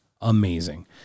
Amazing